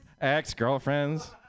ex-girlfriends